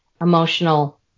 emotional